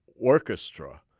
Orchestra